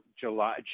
July